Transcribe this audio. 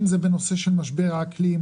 אם זה בנושא של משבר האקלים,